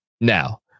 now